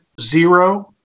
zero